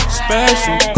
special